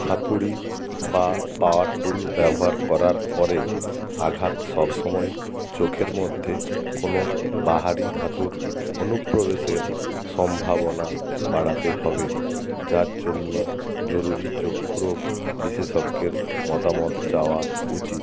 হাতুড়ি বা power tool ব্যবহার করার পরে আঘাত সবসময় চোখের মধ্যে কোনও বাহারী ধাতুর অনুপ্রবেশের সম্ভাবনা বাড়াতে হবে যার জন্য জরুরী চক্ষুরোগ বিশেষজ্ঞের মতামত চাওয়া উচিত